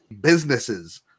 businesses